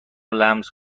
لمس